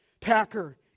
Packer